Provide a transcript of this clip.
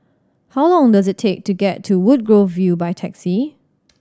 how long does it take to get to Woodgrove View by taxi